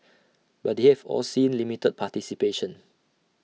but they have all seen limited participation